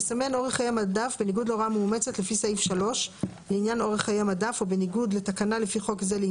אחרי "יבואן" יבוא "המייבא מזון"; (ב) בסעיף קטן (ב) - (1) בפסקה (2),